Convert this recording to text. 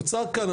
נוצר כאן,